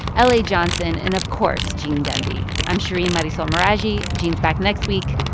ah la johnson and, of course, gene demby. i'm shereen marisol meraji. gene's back next week.